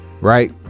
right